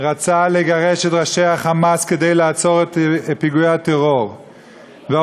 רצה לגרש את ראשי ה"חמאס" כדי לעצור את פיגועי הטרור והאוטובוסים